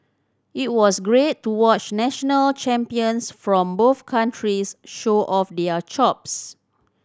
it was great to watch national champions from both countries show off their chops